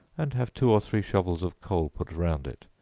and have two or three shovels of coals put round it,